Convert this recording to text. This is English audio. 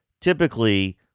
typically